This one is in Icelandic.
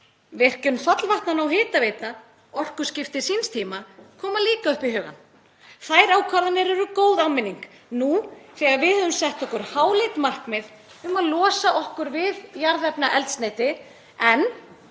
Virkjun fallvatnanna og hitaveita, orkuskipti síns tíma, koma líka upp í hugann. Þær ákvarðanir eru góð áminning nú þegar við höfum sett okkur háleit markmið um að losa okkur við jarðefnaeldsneyti en